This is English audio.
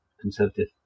conservative